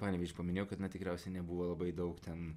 panevėžį paminėjau kad na tikriausiai nebuvo labai daug ten